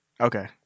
Okay